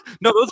No